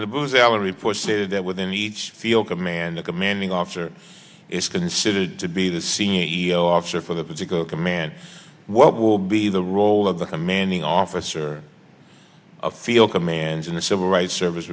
stated that within each field command the commanding officer is considered to be the c e o officer for the particular command what will be the role of the commanding officer feel commands in the civil rights service